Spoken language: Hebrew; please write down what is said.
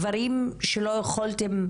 דברים שלא יכולתן,